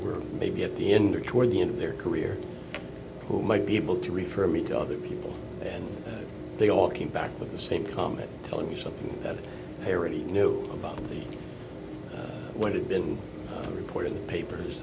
were maybe at the end or toward the end of their career who might be able to refer me to other people and they all came back with the same comment telling me something that they really knew about what had been reported in the papers